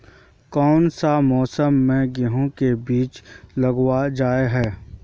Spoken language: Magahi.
कोन सा मौसम में गेंहू के बीज लगावल जाय है